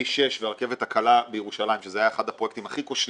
כביש 6 ורכבת הקלה בירושלים שזה היה אחד הפרויקטים הכי כושלים.